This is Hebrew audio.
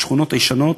השכונות הישנות,